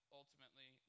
ultimately